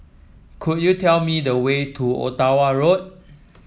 could you tell me the way to Ottawa Road